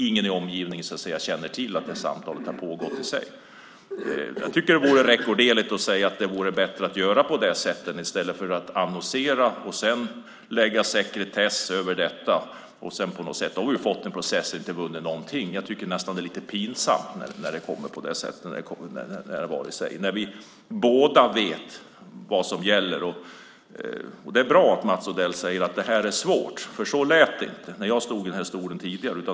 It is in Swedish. Ingen i omgivningen känner då till att samtal pågår. Det vore rekorderligt att säga att det är bättre att göra på det sättet än att annonsera och sedan lägga sekretess på det. Då har vi inte vunnit något i processen. Det är nästan lite pinsamt när det blir så. Vi vet båda vad som gäller. Det är bra att Mats Odell säger att det är svårt. Så lät det inte när jag stod på hans plats tidigare.